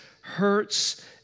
hurts